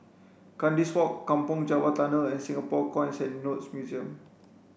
Kandis Walk Kampong Java Tunnel and Singapore Coins and Notes Museum